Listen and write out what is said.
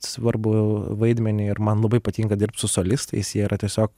svarbų vaidmenį ir man labai patinka dirbt su solistais jie yra tiesiog